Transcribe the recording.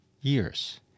years